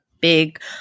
big